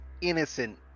innocent